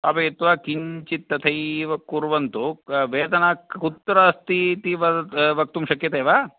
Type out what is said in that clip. स्थापयित्वा किञ्चित् तथैव कुर्वन्तु वेदना कुत्र अस्ति इति वद वक्तुं शक्यते वा